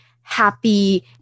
happy